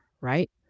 right